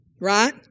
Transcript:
right